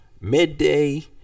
midday